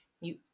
you-